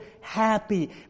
happy